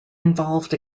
involved